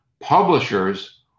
Publishers